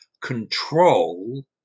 control